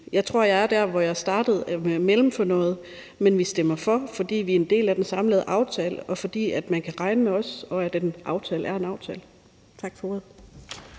Jeg tror, at jeg er der, hvor jeg startede. Jeg er mellemfornøjet, men vi stemmer for, fordi vi er en del af den samlede aftale, og fordi man kan regne med os, og at en aftale er en aftale. Tak for ordet.